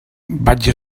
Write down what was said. vaig